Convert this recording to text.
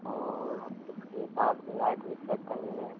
और उसके बाद लाइट भी चेक करनी है